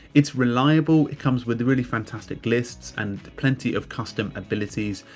it's reliable. it comes with really fantastic lists and plenty of custom abilities.